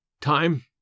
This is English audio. Time